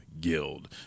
Guild